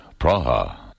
Praha